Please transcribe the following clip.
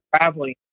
traveling